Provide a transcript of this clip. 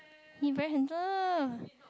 he very handsome